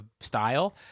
style